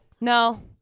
No